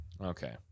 Okay